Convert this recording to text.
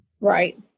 Right